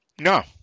No